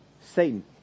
Satan